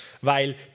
Weil